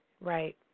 right